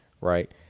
right